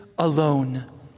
Alone